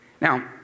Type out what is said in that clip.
Now